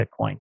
Bitcoin